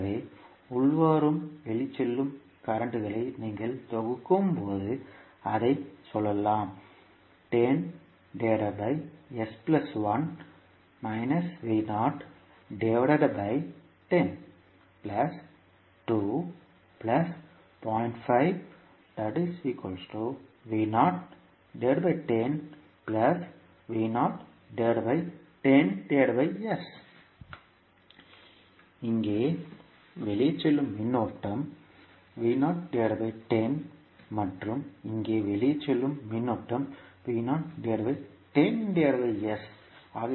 எனவே உள்வரும் மற்றும் வெளிச்செல்லும் நீரோட்டங்களை நீங்கள் தொகுக்கும்போது அதைச் சொல்லலாம் இங்கே வெளிச்செல்லும் மின்னோட்டம் மற்றும் இங்கே வெளிச்செல்லும் மின்னோட்டம் ஆக இருக்கும்